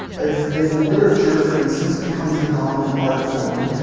if if literature for instance becomes the dominant art form,